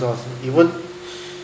was even